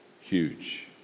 huge